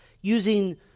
using